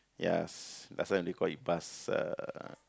ya that's why I only call you pass a